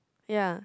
ya